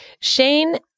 Shane